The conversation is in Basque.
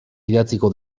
idatziko